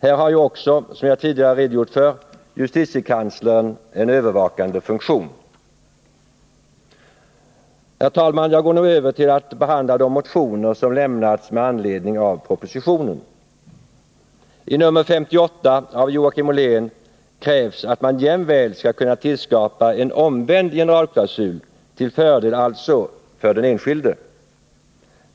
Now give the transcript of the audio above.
Här har ju också, som jag tidigare redogjort för, justitiekanslern en övervakande funktion. Herr talman! Jag går nu över till att behandla de motioner som lämnats med anledning av propositionen. I motion 58 av Joakim Ollén krävs att man jämväl skall kunna tillskapa en omvänd generalklausul, till fördel alltså för den enskilde.